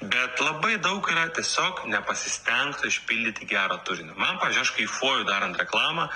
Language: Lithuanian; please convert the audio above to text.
bet labai daug yra tiesiog nepasistengta išpildyti gero turinio man pavyzdžiui aš kaifuoju darant reklamą